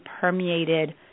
permeated